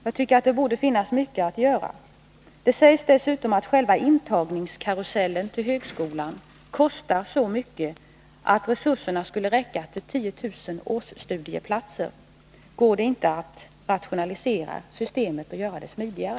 Jag tycker att det borde finnas mycket att göra. Det sägs dessutom att själva intagningskarusellen när det gäller högskolan kostar så mycket att resurserna skulle räcka till 10 000 årsplatser. Går det inte att rationalisera systemet och göra det smidigare?